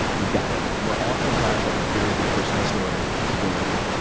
you've got it. and you'll oftentimes have a very good personal story to go with it.